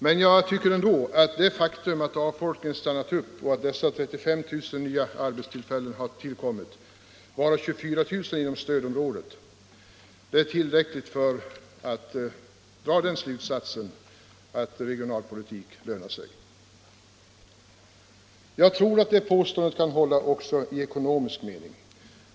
Men jag tycker ändå att det faktum att avfolkningen stannat upp och att dessa 35 000 nya arbetstillfällen kommit till, varav 24 000 inom stödområdet, är tillräckligt för min slutsats att regionalpolitik lönar sig. Jag tror att det påståendet kan hålla också i ekonomisk mening.